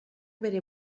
bere